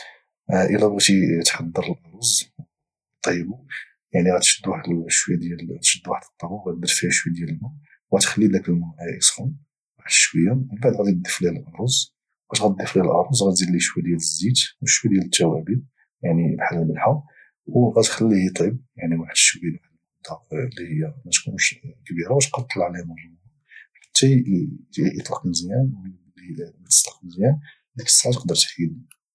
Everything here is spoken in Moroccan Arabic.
الا بغيتي تحضر الارز وتطيبه يعني غاتشد واحد وغادير فيها شويه ديال الماء خلي ذاك الماء يسخن واحد الشويه من بعد غادي ضيف الارز وفاش غادي تضيف الارز غاتدير شويه ديال الزيت وشويه ديال التوابل بحال الملحه بغات تخليه يطيب واحد المده اللي ما تكونش كبيره وتبقى تطلع لهم مره مره حتى يطلق مزيان وتسلق مزيان ذيك الساعه غاتحيده